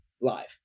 live